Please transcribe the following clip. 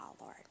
Lord